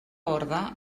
orde